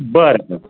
बरं बरं